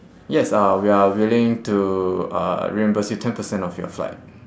yes uh we are willing to uh reimburse you ten percent of your flight